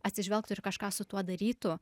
atsižvelgtų ir kažką su tuo darytų